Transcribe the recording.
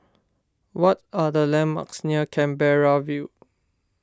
what are the landmarks near Canberra View